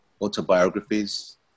Autobiographies